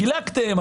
חילקתם,